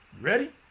Ready